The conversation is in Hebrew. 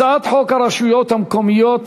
הצעת חוק הרשויות המקומיות